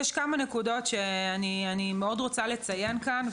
ישנן כמה נקודות שאני מאוד רוצה לציין כאן.